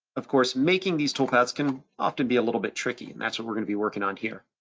of course, making these toolpaths can often be a little bit tricky, and that's what we're gonna be working on here.